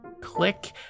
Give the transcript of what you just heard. click